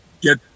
get